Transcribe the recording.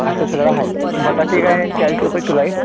असं सगळं आहे बटाटे काय चाळीस रुपये किलो आहे